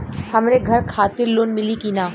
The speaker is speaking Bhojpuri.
हमरे घर खातिर लोन मिली की ना?